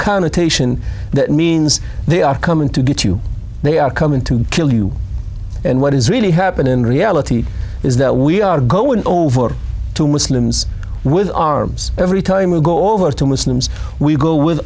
connotation that means they are coming to get you they are coming to kill you and what is really happening in reality is that we are going over to muslims with arms every time we go over to muslims we go with